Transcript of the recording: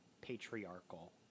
patriarchal